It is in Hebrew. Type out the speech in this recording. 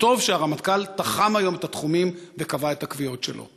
וטוב שהרמטכ"ל תחם היום את התחומים וקבע את הקביעות שלו.